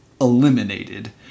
eliminated